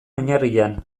oinarrian